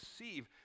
receive